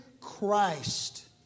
Christ